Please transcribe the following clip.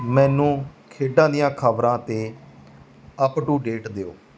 ਮੈਨੂੰ ਖੇਡਾਂ ਦੀਆਂ ਖ਼ਬਰਾਂ 'ਤੇ ਅੱਪ ਟੂ ਡੇਟ ਦਿਓ